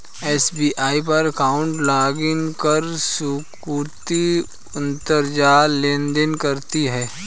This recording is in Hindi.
एस.बी.आई पर अकाउंट लॉगइन कर सुकृति अंतरजाल लेनदेन करती है